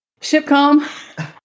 Shipcom